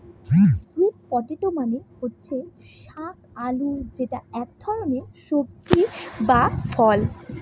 sweet potato মানে হচ্ছে শাক আলু যেটা এক ধরনের সবজি বা ফল